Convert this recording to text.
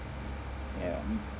ya